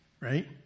right